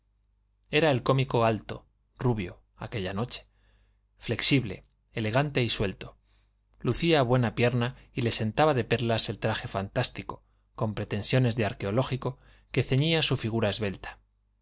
era el cómico alto rubio aquella noche flexible elegante y suelto lucía buena pierna y le sentaba de perlas el traje fantástico con pretensiones de arqueológico que ceñía su figura esbelta